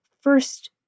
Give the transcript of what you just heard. first